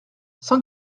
cent